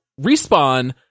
Respawn